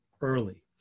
early